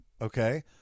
Okay